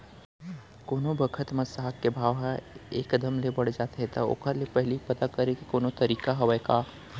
कोनो बखत म साग के भाव ह एक दम ले बढ़ जाथे त ओखर ले पहिली पता करे के कोनो तरीका हवय का?